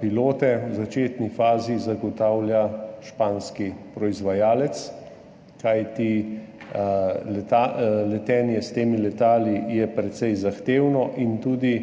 pilote v začetni fazi zagotavlja španski proizvajalec, kajti letenje s temi letali je precej zahtevno in tudi